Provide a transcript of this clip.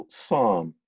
psalm